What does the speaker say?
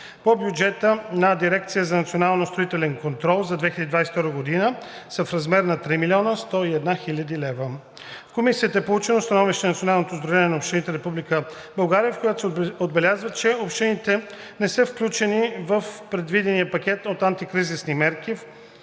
По бюджета на Дирекция за национален строителен контрол за 2022 г. са в размер на 3 101 000 лв. В Комисията е получено становище от Националното сдружение на общините в Република България, в което се отбелязва, че общините не са включени в предвидения пакет от антикризисни мерки,